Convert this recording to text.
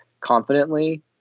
confidently